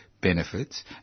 benefits